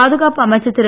பாதுகாப்பு அமைச்சர் திரு